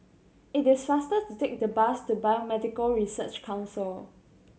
it is faster to take the bus to Biomedical Research Council